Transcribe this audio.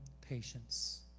patience